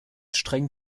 streng